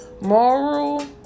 Moral